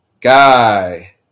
guy